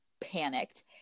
panicked